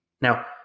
Now